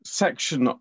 section